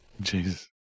Jesus